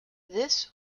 this